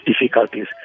difficulties